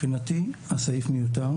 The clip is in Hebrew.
מבחינתי הסעיף מיותר.